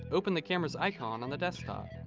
open the cameras icon on the desktop.